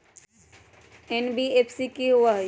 NBFC कि होअ हई?